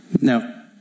Now